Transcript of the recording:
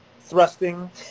thrusting